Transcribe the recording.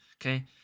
Okay